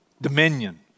dominion